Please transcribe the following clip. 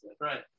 right